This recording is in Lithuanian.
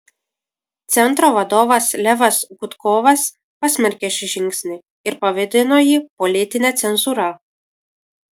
centro vadovas levas gudkovas pasmerkė šį žingsnį ir pavadino jį politine cenzūra